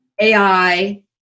AI